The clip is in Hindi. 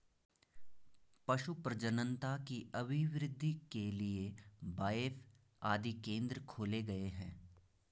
पशु प्रजननता की अभिवृद्धि के लिए बाएफ आदि केंद्र खोले गए हैं